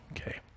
Okay